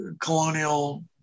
colonial